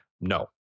No